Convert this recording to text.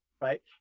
Right